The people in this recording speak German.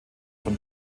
von